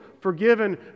forgiven